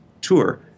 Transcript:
tour